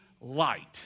light